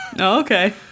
okay